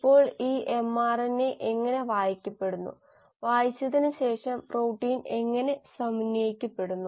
ഇപ്പോൾ ഈ എംആർഎൻഎ എങ്ങനെ വായിക്കപ്പെടുന്നു വായിച്ചതിനുശേഷം പ്രോട്ടീൻ എങ്ങനെ സമന്വയിപ്പിക്കപ്പെടുന്നു